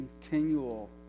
continual